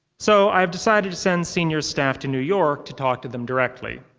so, i have decided to send senior staff to new york to talk to them directly.